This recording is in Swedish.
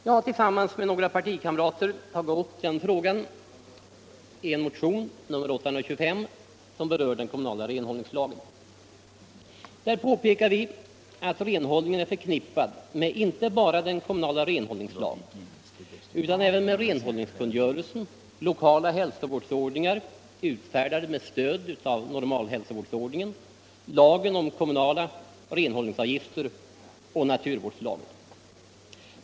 Jag har tillsammans med några partikamrater tagit upp den frågan i en motion, nr 825, som berör den kommunala renhållningslagen. Där påpekar vi att renhållningen är förknippad inte bara med den kommunala renhållningslagen, utan även med renhållningskungörelsen, lokala hälsovårdsordningar utfärdade med stöd av normalhälsovårdsordningen, lagen om kommunala renhållningsavgifter samt naturvårdslagen.